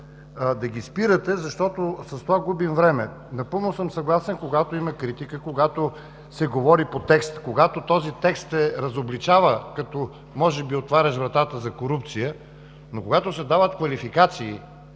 да ги спирате, защото с това губим време. Напълно съм съгласен, когато има критика, когато се говори по текст, когато този текст разобличава или може би отварящ вратата за корупция, но когато се дават квалификации